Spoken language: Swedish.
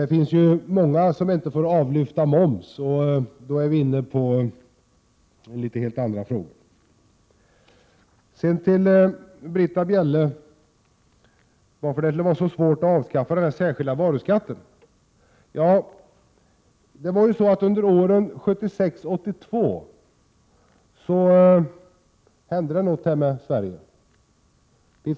Det finns ju många som inte får avlyfta moms, och då är vi inne på helt andra frågor. Britta Bjelle undrade varför det är så svårt att avskaffa den särskilda varuskatten. Under åren 1976-1982 hände det något med Sverige.